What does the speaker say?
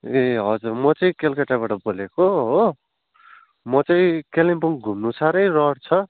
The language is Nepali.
ए हजुर म चाहिँ कलकत्ताबाट बोलेको हो म चाहिँ कालेम्पोङ घुम्नु साह्रै रहर छ